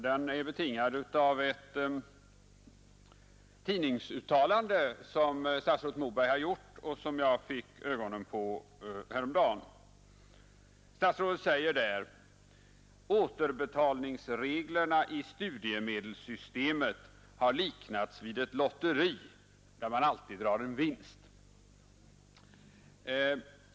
Den är betingad av ett tidningsuttalande som statsrådet Moberg har gjort och som jag fick ögonen på häromdagen. Statsrådet säger där: Återbetalningsreglerna i studiemedelssystemet har liknats vid ett lotteri där man alltid drar en vinst.